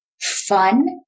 Fun